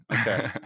Okay